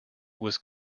was